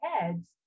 heads